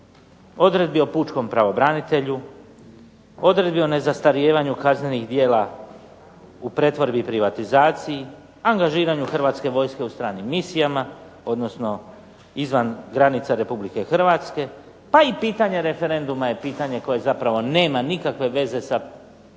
odredbi o pučkom pravobranitelju, odredbi o nezastarijevanju kaznenih djela u pretvorbi i privatizaciji, angažiranju Hrvatske vojske u stranim misijama odnosno izvan granica Republike Hrvatske, pa i pitanje referenduma je pitanje koje zapravo nema nikakve veze sa usklađenjem